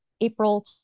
April